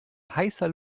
heißer